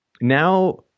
now